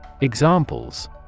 Examples